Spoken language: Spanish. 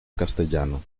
castellano